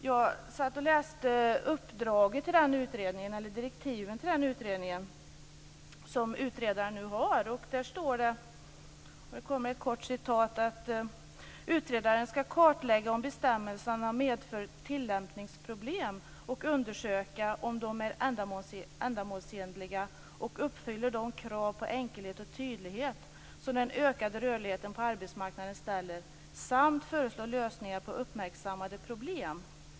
Jag läste direktiven till det uppdrag som utredaren har, och där står det: "Utredaren skall kartlägga om bestämmelserna medför tillämpningsproblem och undersöka om de är ändamålsenliga och uppfyller de krav på enkelhet och tydlighet som den ökade rörligheten på arbetsmarknaden ställer samt föreslå lösningar på uppmärksammade problem."